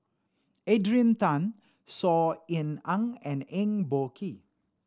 Adrian Tan Saw Ean Ang and Eng Boh Kee